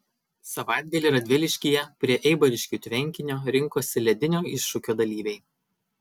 savaitgalį radviliškyje prie eibariškių tvenkinio rinkosi ledinio iššūkio dalyviai